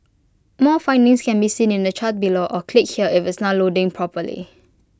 more findings can be seen in the chart below or click here if it's not loading properly